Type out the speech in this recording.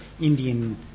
Indian